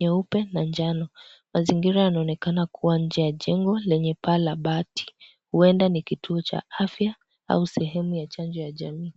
nyeupe na njano. Mazingira yanaonekana kuwa inje ya jengo lenye baa la bati. Huenda ni kituo cha afya au sehemu ya chanjo ya jamii.